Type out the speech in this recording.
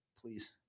please